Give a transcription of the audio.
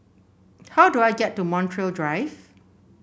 how do I get to Montreal Drive